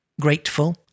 grateful